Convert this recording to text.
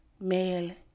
male